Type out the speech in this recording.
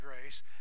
grace